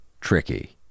Tricky